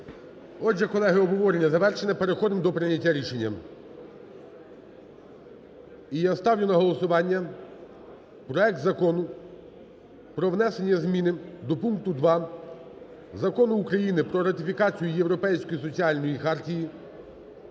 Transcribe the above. Отже, колеги, обговорення завершене, переходимо до прийняття рішення. І я ставлю на голосування проект Закону про внесення зміни до пункту 2 Закону України "Про ратифікацію Європейської соціальної хартії